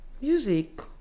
music